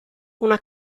una